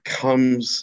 comes